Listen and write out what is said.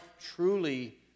truly